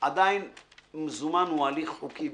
עדיין מזומן הוא הליך חוקי,